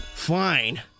fine